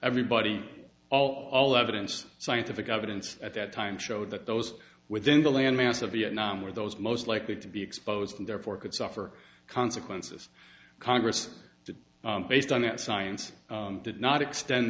everybody all the evidence scientific evidence at that time showed that those within the landmass of vietnam were those most likely to be exposed and therefore could suffer consequences congress did based on that science did not extend